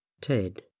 Ted